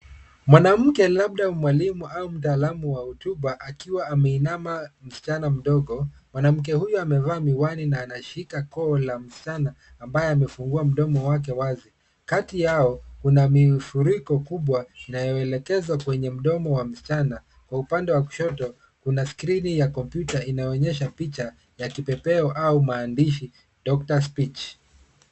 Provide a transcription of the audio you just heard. Mwanamke labda mwalimu au mtaalamu wa hutuba akiwa ame inama, msichana mdogo. Mwanamke huyu amevaa miwani na anashika koo la msichana ambayo amefungua mdomo wake wazi. Kati yao kuna mifuriko kubwa inayo elekeza kwenye mdomo wa msichana, kwa upande wa kushoto kuna skrini ya kompyuta inaonyesha picha ya kipepeo au maandishi doctors speech.